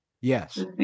Yes